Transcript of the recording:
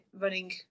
running